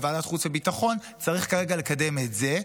בוועדת החוץ והביטחון צריך כרגע לקדם את זה,